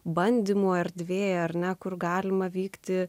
bandymų erdvė ar ne kur galima vykti